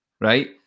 right